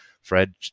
Fred